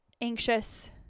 anxious